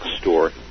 store